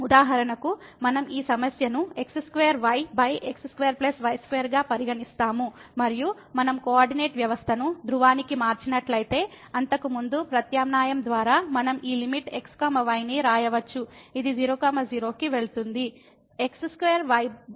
ఉదాహరణకు మనం ఈ సమస్యను x2yx2 y2 గా పరిగణిస్తాము మరియు మనం కోఆర్డినేట్ వ్యవస్థను ధ్రువానికి మార్చినట్లయితే అంతకుముందు ప్రత్యామ్నాయం ద్వారా మనం ఈ లిమిట్ x y ని వ్రాయవచ్చు ఇది 00 కి వెళ్తుంది x2yx2 y2 0 కి సమానం